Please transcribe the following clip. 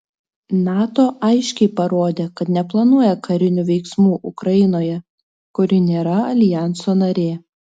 nato aiškiai parodė kad neplanuoja karinių veiksmų ukrainoje kuri nėra aljanso narė